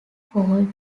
called